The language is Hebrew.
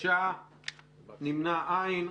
הצבעה בעד, 4 נגד, 6 לא אושרה.